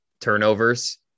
turnovers